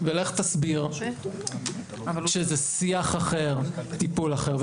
ולך תסביר שזה שיח אחר, טיפול אחר.